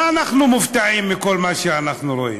מה אנחנו מופתעים מכל מה שאנחנו רואים?